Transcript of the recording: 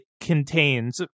contains